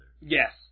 Yes